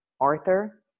Arthur